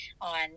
on